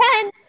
ten